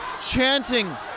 chanting